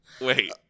wait